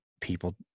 people